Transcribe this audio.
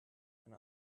and